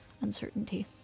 uncertainty